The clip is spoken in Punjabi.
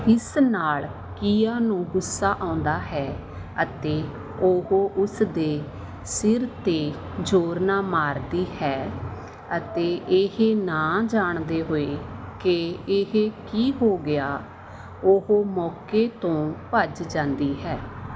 ਇਸ ਨਾਲ ਕੀਆ ਨੂੰ ਗੁੱਸਾ ਆਉਂਦਾ ਹੈ ਅਤੇ ਉਹ ਉਸ ਦੇ ਸਿਰ 'ਤੇ ਜ਼ੋਰ ਨਾਲ ਮਾਰਦੀ ਹੈ ਅਤੇ ਇਹ ਨਾ ਜਾਣਦੇ ਹੋਏ ਕਿ ਇਹ ਕੀ ਹੋ ਗਿਆ ਉਹ ਮੌਕੇ ਤੋਂ ਭੱਜ ਜਾਂਦੀ ਹੈ